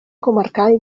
comarcal